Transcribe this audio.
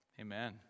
Amen